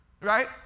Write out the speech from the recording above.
Right